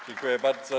Dziękuję bardzo.